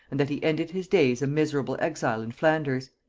and that he ended his days a miserable exile in flanders.